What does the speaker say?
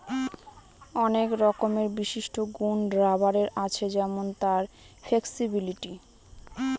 অনেক রকমের বিশিষ্ট গুন রাবারের আছে যেমন তার ফ্লেক্সিবিলিটি